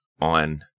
on